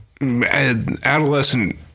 adolescent